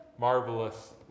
marvelous